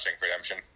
Redemption